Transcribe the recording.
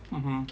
mmhmm